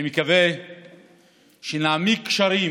אני מקווה שנעמיק קשרים